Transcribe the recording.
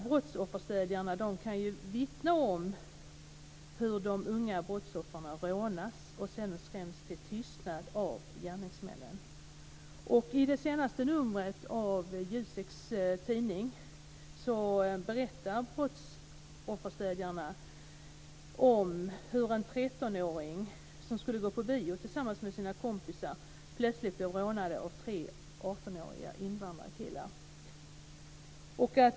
Brottsofferstödjarna kan vittna om hur de unga brottsoffren rånas och sedan skräms till tystnad av gärningsmännen. I det senaste numret av Juseks tidning berättar brottsofferstödjarna om hur en 13-åring som skulle gå på bio tillsammans med sina kompisar plötsligt blev rånad av tre 18-åriga invandrarkillar.